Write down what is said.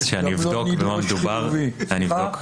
אני אבדוק במה מדובר,